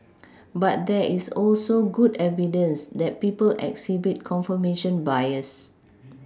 but there is also good evidence that people exhibit confirmation bias